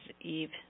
Eve